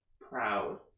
Proud